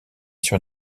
sur